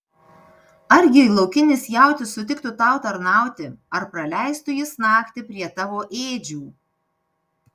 argi laukinis jautis sutiktų tau tarnauti ar praleistų jis naktį prie tavo ėdžių